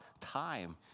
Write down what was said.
time